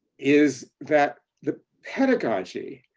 is that the pedagogy,